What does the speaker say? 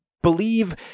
believe